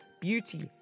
beauty